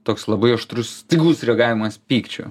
toks labai aštrus staigus reagavimas pykčiu